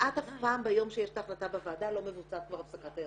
כמעט אף פעם ביום שיש את ההחלטה בוועדה לא מבוצעת כבר הפסקת היריון.